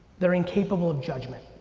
they're incapable of judgment.